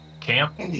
camp